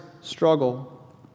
struggle